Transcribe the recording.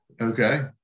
Okay